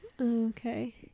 Okay